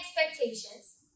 expectations